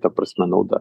ta prasme nauda